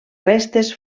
restes